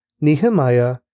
Nehemiah